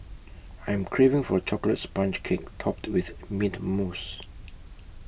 I am craving for A Chocolate Sponge Cake Topped with Mint Mousse